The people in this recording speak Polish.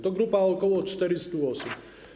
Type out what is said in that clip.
To grupa ok. 400 osób.